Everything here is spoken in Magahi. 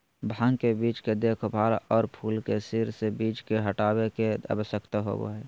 भांग के बीज के देखभाल, और फूल के सिर से बीज के हटाबे के, आवश्यकता होबो हइ